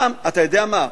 אתה יודע מה,